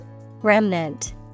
Remnant